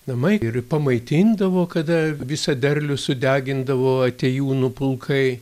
namai ir pamaitindavo kada visą derlių sudegindavo atėjūnų pulkai